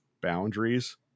boundaries